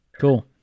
Cool